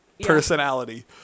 personality